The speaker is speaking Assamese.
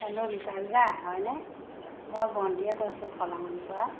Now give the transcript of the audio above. হেল্ল' বিকাশ দা হয়নে মই বন্তীয়ে কৈছোঁ ফলামণিৰ পৰা